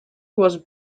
was